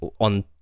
on